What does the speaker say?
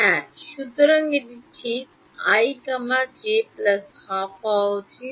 হ্যাঁ সুতরাং এটি ঠিক i j 12 হওয়া উচিত